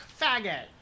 Faggot